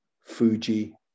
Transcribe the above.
fuji